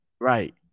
Right